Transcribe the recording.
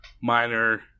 minor